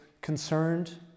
concerned